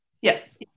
Yes